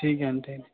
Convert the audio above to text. ठीक आहे न ठीक